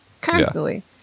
Constantly